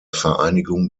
vereinigung